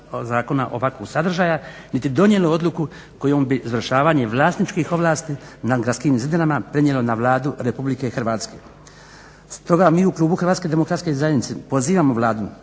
ovakvog sadržaja niti donijelo odluku kojom bi izvršavanje vlasničkih ovlasti na gradskim zidinama prenijelo na Vladu RH. Stoga mi u klubu HDZ-a pozivamo Vladu